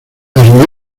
las